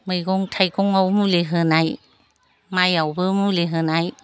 मैगं थाइगङाव मुलि होनाय माइआवबो मुलि होनाय